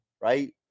right